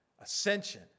ascension